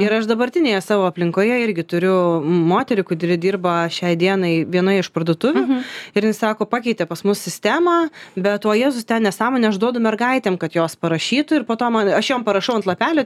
ir aš dabartinėje savo aplinkoje irgi turiu moterį kuri dirba šiai dienai vienoje iš parduotuvių ir jin sako pakeitė pas mus sistemą bet va jėzus ten nesąmonė aš duodu mergaitėm kad jos parašytų ir po to man aš jom parašau ant lapelio